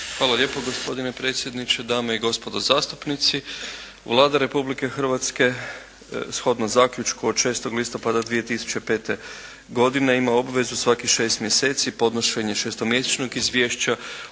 Hvala lijepo gospodine predsjedniče. Dame i gospodo zastupnici.